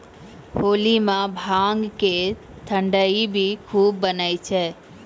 होली मॅ भांग के ठंडई भी खूब बनै छै